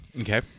Okay